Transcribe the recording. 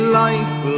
life